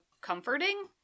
comforting